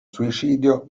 suicidio